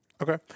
Okay